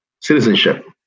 citizenship